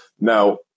Now